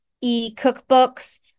e-cookbooks